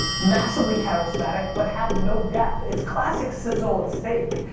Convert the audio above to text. massively charismatic but have no depth. it's classic sizzle and steak.